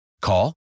Call